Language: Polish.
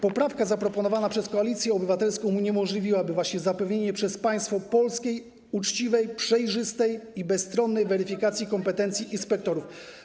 Poprawka zaproponowana przez Koalicję Obywatelską uniemożliwiłaby zapewnienie przez państwo polskie uczciwej, przejrzystej i bezstronnej weryfikacji kompetencji inspektorów.